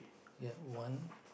yup one